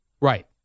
Right